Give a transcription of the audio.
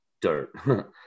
dirt